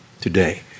today